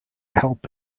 help